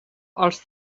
els